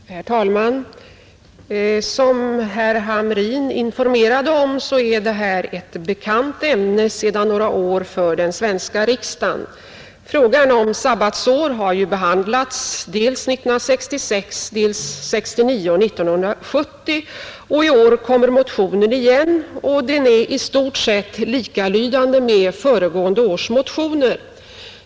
Herr talman! Som herr Hamrin informerade om är det här sedan några år ett bekant ämne för den svenska riksdagen. Frågan om sabbatsår har behandlats 1966, 1969 och 1970, och i år kommer motionen igen. Årets motion är i stort sett likalydande med föregående års motioner.